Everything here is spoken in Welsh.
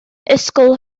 ysgol